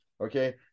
okay